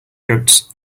goats